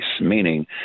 meaning